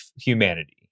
humanity